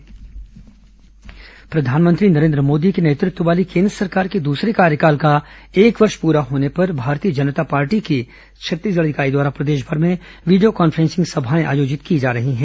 Bhajpa video conferencing सभा प्रधानमंत्री नरेन्द्र मोदी के नेतृत्व वाली केन्द्र सरकार के दूसरे कार्यकाल का एक वर्ष पूरा होने पर भारतीय जनता पार्टी की छत्तीसगढ़ इकाई द्वारा प्रदेशमर में वीडियो कॉन्फ्रेंसिंग सभाएं आयोजित की जा रही हैं